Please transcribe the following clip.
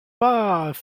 pas